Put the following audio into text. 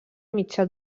mitjà